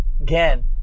again